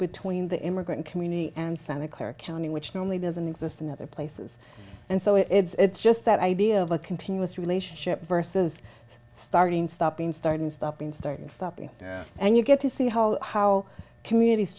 between the immigrant community and santa clara county which normally doesn't exist in other places and so it's just that idea of a continuous relationship versus starting stopping starting stopping starting stopping and you get to see how how communities